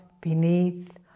beneath